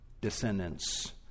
descendants